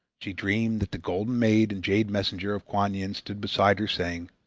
she dreamed that the golden maid and jade messenger of kuan yin stood beside her saying